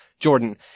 Jordan